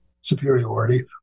superiority